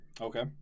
Okay